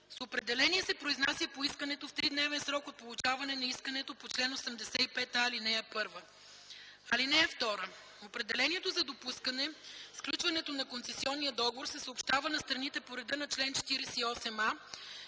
с определение се произнася по искането в тридневен срок от получаване на искането по чл. 85а, ал. 1. (2) Определението за допускане сключването на концесионния договор се съобщава на страните по реда на чл. 48а